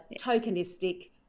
tokenistic